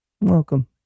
Welcome